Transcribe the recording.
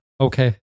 Okay